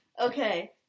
Okay